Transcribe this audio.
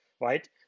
right